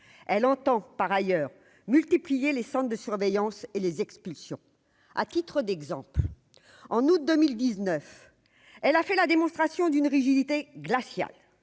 elle entend par ailleurs multiplié les centres de surveillance et les expulsions à titre d'exemple, en août 2019, elle a fait la démonstration d'une rigidité glaciale